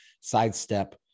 sidestep